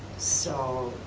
so